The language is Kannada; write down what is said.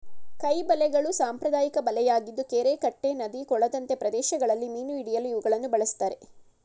ಕೈ ಬಲೆಗಳು ಸಾಂಪ್ರದಾಯಿಕ ಬಲೆಯಾಗಿದ್ದು ಕೆರೆ ಕಟ್ಟೆ ನದಿ ಕೊಳದಂತೆ ಪ್ರದೇಶಗಳಲ್ಲಿ ಮೀನು ಹಿಡಿಯಲು ಇವುಗಳನ್ನು ಬಳ್ಸತ್ತರೆ